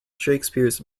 shakespeare’s